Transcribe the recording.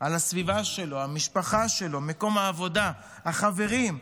על הסביבה והמשפחה שלו, מקום העבודה, החברים.